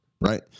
right